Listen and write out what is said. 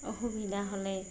অসুবিধা হ'লে